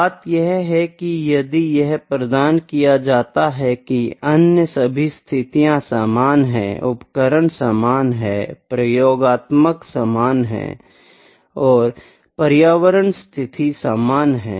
बात यह है कि यदि यह प्रदान किया जाता है कि अन्य सभी स्थितियां समान हैं उपकरण समान है प्रयोगात्मक समान है और पर्यावरण स्थितियां समान हैं